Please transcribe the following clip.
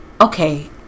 okay